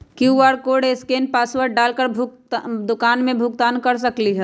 QR code scan password डाल कर दुकान में भुगतान कर सकलीहल?